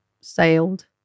sailed